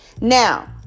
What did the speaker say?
Now